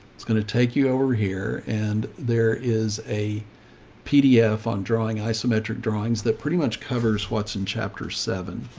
it's going to take you over here. and there is a pdf on drawing isometric drawings. that pretty much covers watson chapter seven.